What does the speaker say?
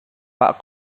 pak